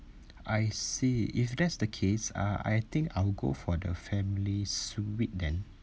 I see if that's the case uh I think I will go for the family suite then